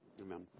amen